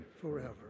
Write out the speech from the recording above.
forever